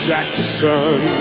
Jackson